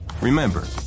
Remember